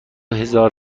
هزار